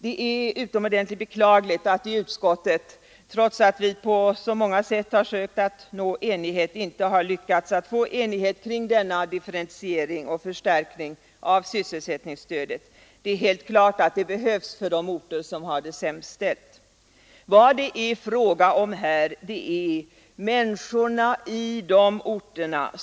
Det är utomordentligt beklagligt att vi i utskottet trots försök att uppnå enighet inte lyckats åstadkomma detta kring denna differentiering och förstärkning av sysselsättningsstödet — det är helt klart att det behövs för de orter som har det sämst ställt. Vad det är fråga om här är människorna i de orterna.